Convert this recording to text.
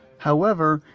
however,